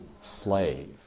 Slave